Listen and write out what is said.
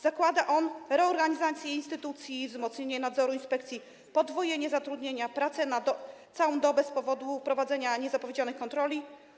Zakłada on reorganizację instytucji, wzmocnienie nadzoru inspekcji, podwojenie zatrudnienia, pracę przez całą dobę z powodu prowadzenia niezapowiedzianych kontroli.